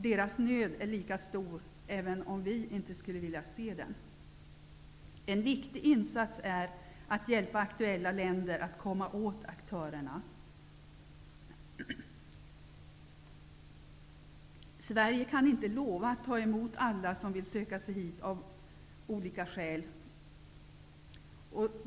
Deras nöd är lika stor, även om vi inte skulle vilja se den. En viktig insats är att hjälpa aktuella länder att komma åt aktörerna. Sverige kan inte lova att ta emot alla som av olika skäl vill söka sig hit.